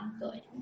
good